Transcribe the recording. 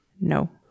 No